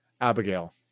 Abigail